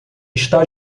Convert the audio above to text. está